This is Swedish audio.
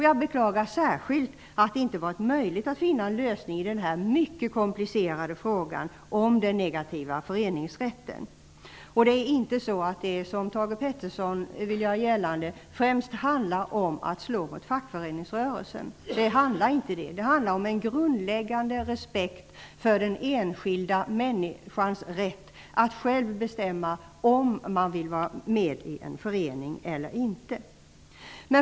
Jag beklagar särskilt att det inte har varit möjligt att finna en lösning i den mycket komplicerade frågan om den negativa föreningsrätten. Det är inte så som Thage G Peterson vill göra gällande, nämligen att det främst handlar om att slå mot fackföreningsrörelsen. I stället handlar det om en grundläggande respekt för den enskilda människans rätt att själv bestämma om hon vill vara med i en förening eller inte.